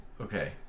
Okay